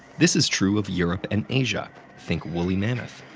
this is true of europe and asia, think woolly mammoth,